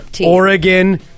Oregon